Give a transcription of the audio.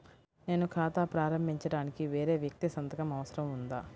నేను ఖాతా ప్రారంభించటానికి వేరే వ్యక్తి సంతకం అవసరం ఉందా?